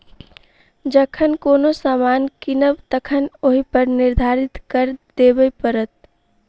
जखन कोनो सामान कीनब तखन ओहिपर निर्धारित कर देबय पड़त